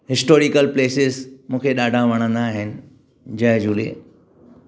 historical places मूंखे ॾाढा वणंदा आहिनि जय झूले